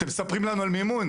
אתם מספרים לנו על מימון?